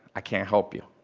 i can't help you.